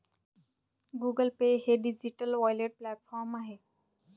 Google Pay हे digital wallet platform आहे